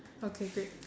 okay great